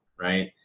right